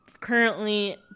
Currently